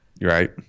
right